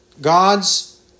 God's